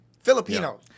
Filipino